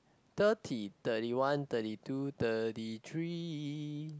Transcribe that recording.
thirty thirty one thirty two thirty three